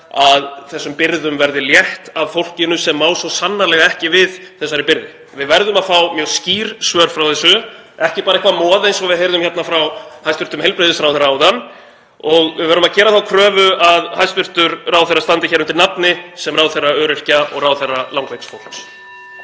að þessum byrðum verði létt af fólkinu sem má svo sannarlega ekki við þessari byrði? Við verðum að fá mjög skýr svör um þetta, ekki eitthvert moð eins og við heyrðum frá hæstv. heilbrigðisráðherra áðan. Við verðum að gera þá kröfu að hæstv. ráðherra standi undir nafni sem ráðherra öryrkja og ráðherra langveiks fólks.